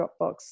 Dropbox